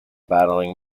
battling